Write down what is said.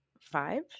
five